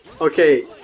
Okay